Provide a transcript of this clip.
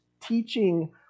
teaching